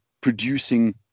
producing